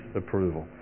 approval